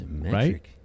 right